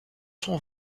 sont